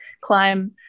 climb